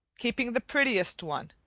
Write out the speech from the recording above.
keeping the prettiest one,